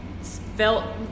felt